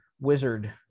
wizard